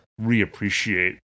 reappreciate